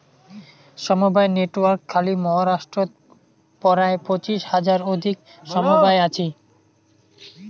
সমবায় নেটওয়ার্ক খালি মহারাষ্ট্রত পরায় পঁচিশ হাজার অধিক সমবায় আছি